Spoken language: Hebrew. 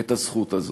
את הזכות הזו.